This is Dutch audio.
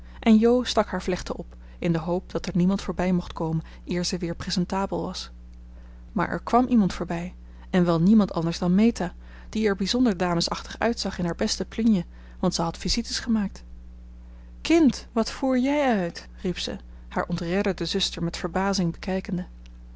en jo stak haar vlechten op in de hoop dat er niemand voorbij mocht komen eer ze weer presentable was maar er kwam iemand voorbij en wel niemand anders dan meta die er bijzonder damesachtig uitzag in haar beste plunje want ze had visites gemaakt kind wat voer je uit riep zij haar ontredderde zuster met verbazing bekijkende